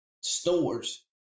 stores